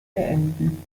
beenden